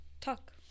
talk